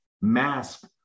mask